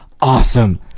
Awesome